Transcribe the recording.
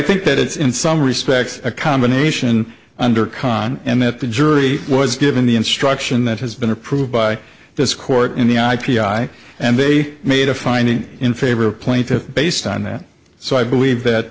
think that it's in some respects a combination under con and that the jury was given the instruction that has been approved by this court in the i p i and they made a finding in favor of plaintiffs based on that so i believe